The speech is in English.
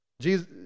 Jesus